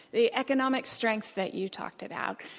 the economic strengths that you talked about,